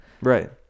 Right